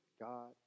God